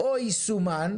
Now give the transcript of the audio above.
'או יישומן